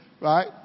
Right